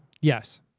Yes